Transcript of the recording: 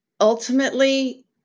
ultimately